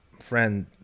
friend